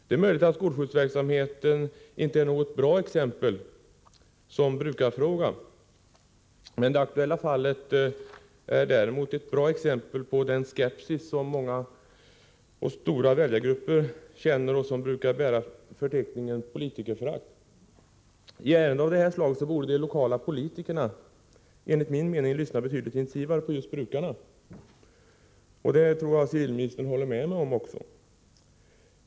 Det är möjligt att skolskjutsverksamheten inte är något bra exempel på brukarfråga, men det aktuella fallet är däremot ett bra exempel på den skepsis som stora väljargrupper känner och som brukar bära benämningen politikerförakt. I ärenden av detta slag borde de lokala politikerna, enligt min mening, lyssna betydligt intensivare på just brukarna. Jag tror att civilministern håller med mig om detta.